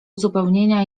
uzupełnienia